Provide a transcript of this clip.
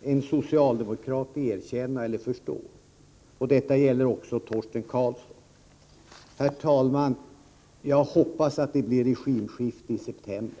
en socialdemokrat erkänna eller förstå. Detta gäller också Torsten Karlsson. Herr talman! Jag hoppas att det blir regimskifte i september.